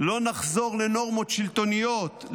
לא נחזור לנורמות שלטוניות,